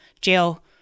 jail